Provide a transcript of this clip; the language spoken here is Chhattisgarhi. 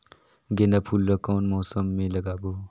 गेंदा फूल ल कौन मौसम मे लगाबो?